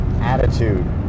attitude